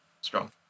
strong